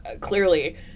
Clearly